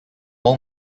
paul